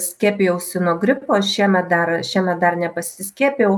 skiepijausi nuo gripo šiemet dar šiemet dar nepasiskiepijau